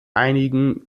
einigen